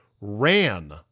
ran